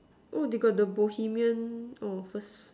oh they got the Bohemian oh first